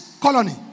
colony